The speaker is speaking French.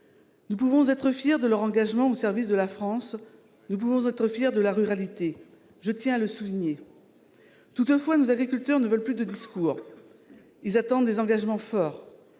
Nous pouvons être fiers de leur engagement au service de la France, nous pouvons être fiers de la ruralité, je tiens à le souligner. Toutefois, nos agriculteurs ne veulent plus de discours, ils attendent des engagements forts.